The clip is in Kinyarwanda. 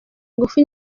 ingufu